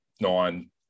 nine